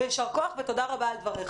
ויישר כוח ותודה רבה על דבריך.